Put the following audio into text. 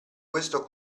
questo